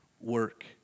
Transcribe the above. work